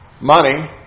money